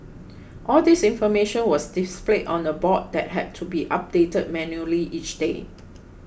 all this information was displayed on a board that had to be updated manually each day